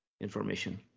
information